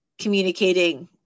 communicating